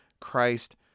Christ